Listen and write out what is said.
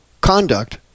conduct